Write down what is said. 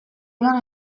joan